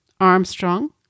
Armstrong